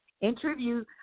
Interview